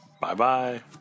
Bye-bye